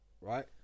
right